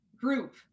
group